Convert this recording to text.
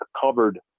covered